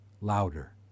louder